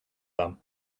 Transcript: them